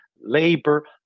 labor